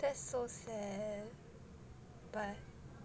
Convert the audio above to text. that's so sad but